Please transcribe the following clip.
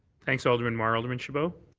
thanks, alderman mar. alderman chabot?